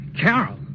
Carol